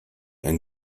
and